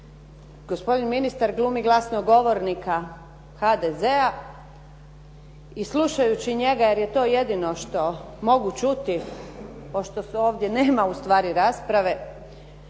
Gospodin ministra glumi glasnogovornika HDZ-a i slušajući njega, jer je to jedino što mogu čuti pošto ovdje nema ustvari rasprave,